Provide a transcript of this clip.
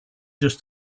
just